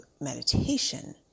meditation